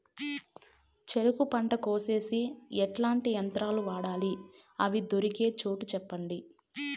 చెరుకు పంట కోసేకి ఎట్లాంటి యంత్రాలు వాడాలి? అవి దొరికే చోటు చెప్పండి?